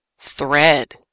thread